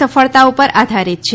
સફળતા ઉપર આધારીત છે